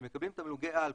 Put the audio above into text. שמקבלים תמלוגי-על,